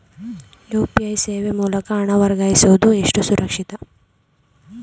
UPI ಸೇವೆ ಮೂಲಕ ಹಣ ವರ್ಗಾಯಿಸುವುದು ಎಷ್ಟು ಸುರಕ್ಷಿತ?